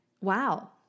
wow